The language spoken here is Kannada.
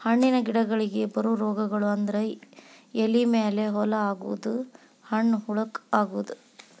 ಹಣ್ಣಿನ ಗಿಡಗಳಿಗೆ ಬರು ರೋಗಗಳು ಅಂದ್ರ ಎಲಿ ಮೇಲೆ ಹೋಲ ಆಗುದು, ಹಣ್ಣ ಹುಳಕ ಅಗುದು